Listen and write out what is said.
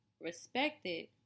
respected